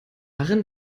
darin